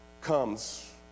comes